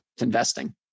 investing